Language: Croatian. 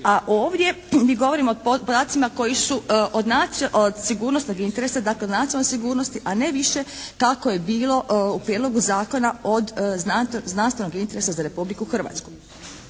A ovdje mi govorimo o podacima koji su od sigurnosnog interesa dakle od nacionalne sigurnosti a ne više kako je bilo u Prijedlogu zakona od znanstvenog interesa za Republiku Hrvatsku.